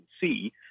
see